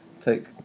take